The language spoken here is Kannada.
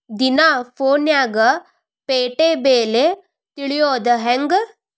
ದಿನಾ ಫೋನ್ಯಾಗ್ ಪೇಟೆ ಬೆಲೆ ತಿಳಿಯೋದ್ ಹೆಂಗ್?